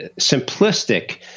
simplistic